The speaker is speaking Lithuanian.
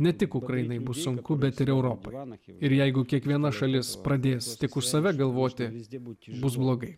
ne tik ukrainai bus sunku bet ir euro pranašė ir jeigu kiekviena šalis pradės tik už save galvoti visgi būti bus blogai